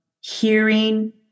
hearing